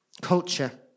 culture